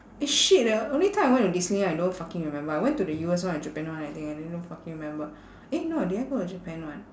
eh shit eh only time I went to Disneyland I don't fucking remember I went to the U_S one and japan one I think I didn't fucking remember eh no did I go the japan one